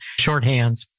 shorthands